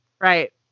Right